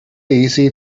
easy